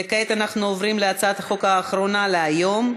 וכעת אנחנו עוברים להצעת החוק האחרונה להיום: